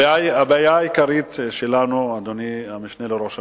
הבעיה העיקרית שלנו, אדוני המשנה לראש הממשלה,